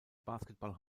basketball